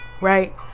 right